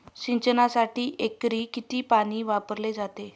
सिंचनासाठी एकरी किती पाणी वापरले जाते?